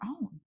own